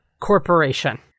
corporation